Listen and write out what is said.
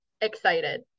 excited